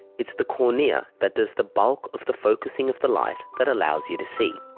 it's the cornea that does the bulk of the focusing of the light that allows you to see.